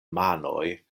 manoj